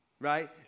Right